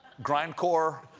grindcore,